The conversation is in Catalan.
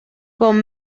com